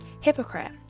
Hypocrite